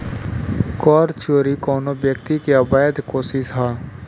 कर चोरी कवनो व्यक्ति के अवैध कोशिस ह